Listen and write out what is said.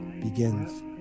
begins